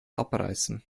abreißen